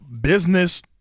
Business